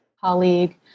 colleague